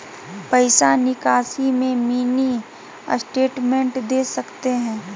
पैसा निकासी में मिनी स्टेटमेंट दे सकते हैं?